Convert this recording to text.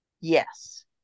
yes